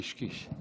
קיש, קיש.